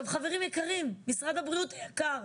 חברים יקרים, משרד הבריאות היקר,